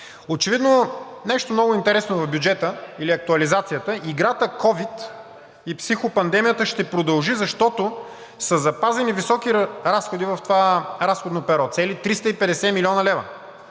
Очевидно, нещо много интересно в бюджета или актуализацията, играта ковид и психопандемията ще продължи, защото са запазени високи разходи в това разходно перо – цели 350 млн. лв.